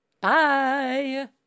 Bye